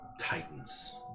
titans